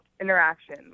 interaction